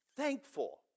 Thankful